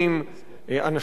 אנשים טכניים,